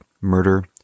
murder